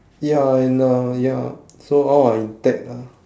ya in a ya so all are intact lah